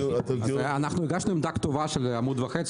אנחנו הגשנו עמדה כתובה של עמוד וחצי,